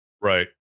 Right